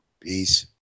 Peace